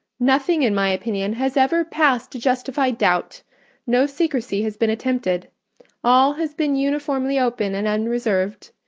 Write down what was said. nothing in my opinion has ever passed to justify doubt no secrecy has been attempted all has been uniformly open and unreserved.